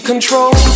Control